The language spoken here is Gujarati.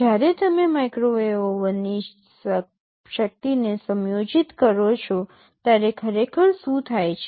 જ્યારે તમે માઇક્રોવેવ ઓવનની શક્તિને સમયોજિત કરો છો ત્યારે ખરેખર શું થાય છે